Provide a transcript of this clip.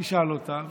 תשאל אותה,